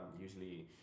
usually